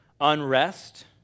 unrest